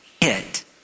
hit